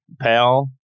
pal